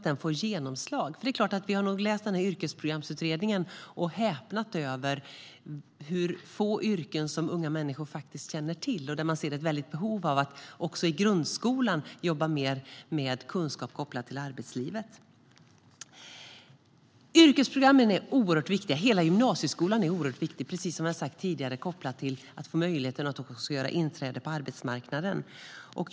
Vi har nog alla läst Yrkesprogramsutredningen och häpnat över hur få yrken som unga människor faktiskt känner till. Man ser ett väldigt behov av att också i grundskolan jobba mer med kunskap kopplat till arbetslivet. Yrkesprogrammen är oerhört viktiga. Hela gymnasieskolan är oerhört viktig. Det handlar om möjligheten till inträde på arbetsmarknaden.